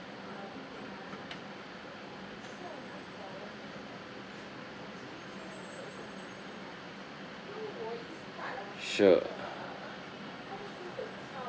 sure